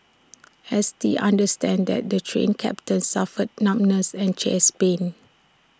S T understands that the Train Captain suffered numbness and chest pains